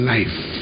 Life